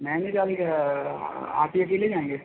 नैनीताल क्या आप ही अकेले जाएँगे